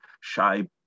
shy